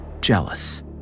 jealous